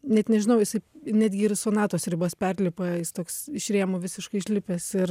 net nežinau jisai netgi ir sonatos ribas perlipa jis toks iš rėmų visiškai išlipęs ir